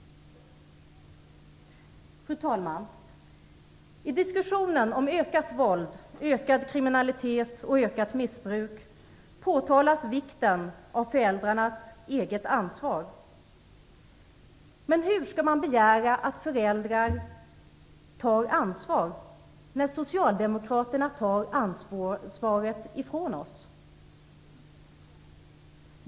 Fru talman! I diskussionen om ökat våld, ökad kriminalitet och ökat missbruk påtalas vikten av föräldrarnas eget ansvar. Men hur skall man begära att föräldrar tar ansvar när Socialdemokraterna tar ansvaret från dem?